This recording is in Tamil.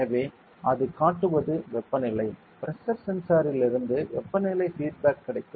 எனவே அது காட்டுவது வெப்பநிலை பிரஷர் சென்சார் இல் இருந்து வெப்பநிலை ஃபீட்பேக் கிடைக்கும்